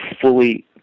fully